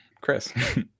Chris